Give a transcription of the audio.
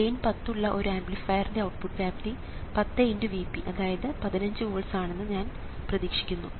gain 10 ഉള്ള ഒരു ആംപ്ലിഫയറിന്റെ ഔട്ട്പുട്ട് വ്യാപ്തി 10×Vp അതായത് 15 വോൾട്സ് ആണെന്ന് ഞാൻ പ്രതീക്ഷിക്കുന്നു